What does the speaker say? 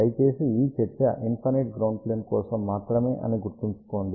దయచేసి ఈ చర్చ ఇన్ఫైనైట్ గ్రౌండ్ ప్లేన్ కోసం మాత్రమే అని గుర్తుంచుకోండి